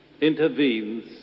intervenes